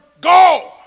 go